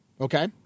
Okay